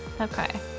Okay